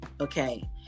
Okay